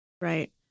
Right